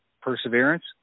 Perseverance